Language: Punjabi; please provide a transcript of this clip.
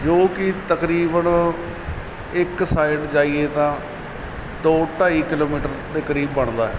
ਜੋ ਕਿ ਤਕਰੀਬਨ ਇੱਕ ਸਾਈਡ ਜਾਈਏ ਤਾਂ ਦੋ ਢਾਈ ਕਿਲੋਮੀਟਰ ਦੇ ਕਰੀਬ ਬਣਦਾ ਹੈ